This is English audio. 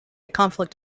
conflict